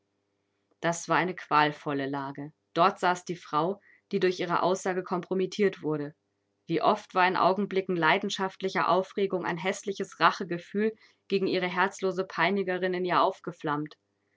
das war eine qualvolle lage dort saß die frau die durch ihre aussage kompromittiert wurde wie oft war in augenblicken leidenschaftlicher aufregung ein häßliches rachegefühl gegen ihre herzlose peinigerin in ihr aufgeflammt